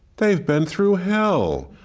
they've been through hell.